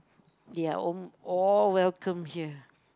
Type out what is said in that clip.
they are al~ all welcome here